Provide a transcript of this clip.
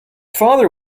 father